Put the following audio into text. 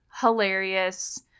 hilarious